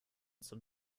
zum